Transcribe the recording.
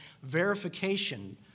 verification